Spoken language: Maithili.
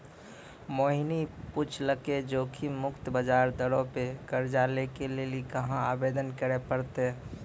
मोहिनी पुछलकै जोखिम मुक्त ब्याज दरो पे कर्जा लै के लेली कहाँ आवेदन करे पड़तै?